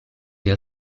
les